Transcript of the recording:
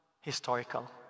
historical